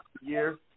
year